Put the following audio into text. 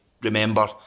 remember